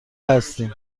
هستیم